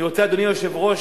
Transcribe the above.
אני רוצה, אדוני היושב-ראש,